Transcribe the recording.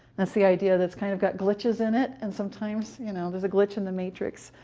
that's the idea that's kind of got glitches in it, and sometimes you know there's a glitch in the matrix.